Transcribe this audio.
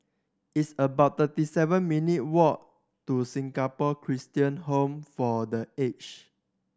it's about thirty seven minute walk to Singapore Christian Home for The Aged